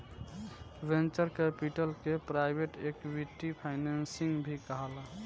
venture capital के private equity financing भी कहाला